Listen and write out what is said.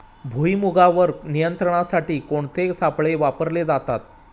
भुईमुगावर नियंत्रणासाठी कोणते सापळे वापरले जातात?